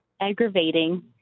aggravating